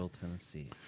Tennessee